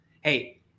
Hey